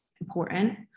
important